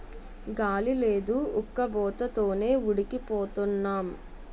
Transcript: గాలి లేదు ఉక్కబోత తోనే ఉడికి పోతన్నాం